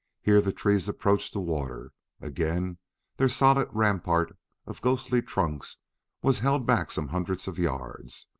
here the trees approached the water again their solid rampart of ghostly trunks was held back some hundreds of yards.